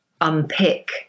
unpick